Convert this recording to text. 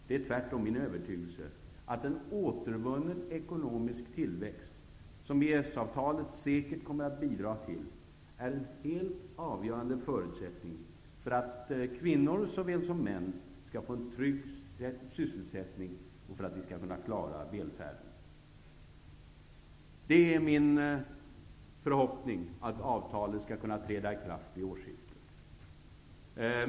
Det är tvärtom min övertygelse att en återvunnen ekonomisk tillväxt, som EES avtalet säkert kommer att bidra till, är en helt avgörande förutsättning för att kvinnor såväl som män skall få en trygg sysselsättning och för att vi skall kunna klara välfärden. Det är min förhoppning att avtalet skall kunna träda i kraft vid årsskiftet.